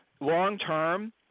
long-term